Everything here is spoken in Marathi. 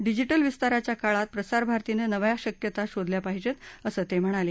डिजिटल विस्ताराच्या काळात प्रसार भारतीनं नव्या शक्यता शोधल्या पाहिजेत असं ते म्हणाले